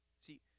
see